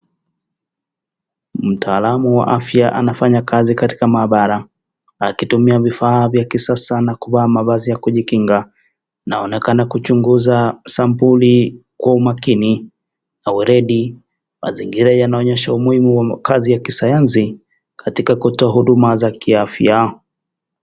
Mtaalamu wa afya anafanya kazi katika mahabara, akitumia vifaa vya kisasa na kuvaa mavazi ya kujikinga .Anaonekana kuchunguza sampuli kwa umakini na uredi. Mazingira yanaonyesha umuhimu wa makazi ya kisayansi katika kutoa huduma za kiafya.